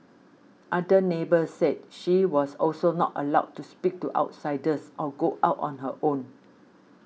other neighbours said she was also not allowed to speak to outsiders or go out on her own